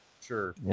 Sure